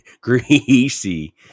greasy